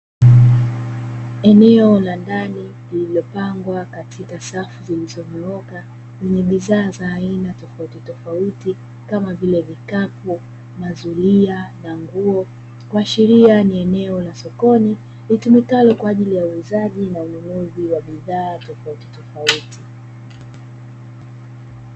Eneo la ndani lililopangwa katika safu zilizonyooka lenye bidhaa za aina tofautitofauti kama vile vikapu, mazuria na nguo kuashiria ni eneo la sokoni, litumikalo kwa ajili ya uuzaji na ununuzi wa bidhaa tofautitofauti.